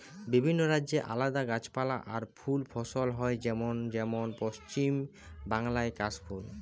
বিভিন্ন রাজ্যে আলদা গাছপালা আর ফুল ফসল হয় যেমন যেমন পশ্চিম বাংলায় কাশ ফুল